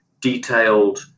detailed